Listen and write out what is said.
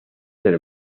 del